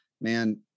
Man